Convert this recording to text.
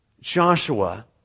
Joshua